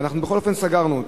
ואנחנו בכל אופן סגרנו אותן,